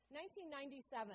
1997